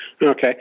Okay